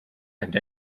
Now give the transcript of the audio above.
and